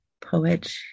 poet